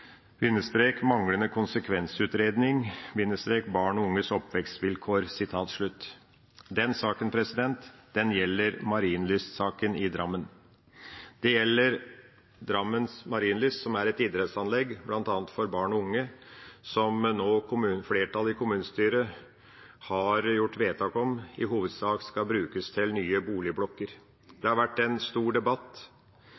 manglende konsekvensutredning – barn og unges oppvekstvilkår.» Den saken gjelder Marienlyst-saken i Drammen. Det gjelder Marienlyst, som er et idrettsanlegg, bl.a. for barn og unge, som flertallet i kommunestyret nå har gjort vedtak om i hovedsak skal brukes til nye boligblokker.